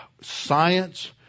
science